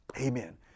amen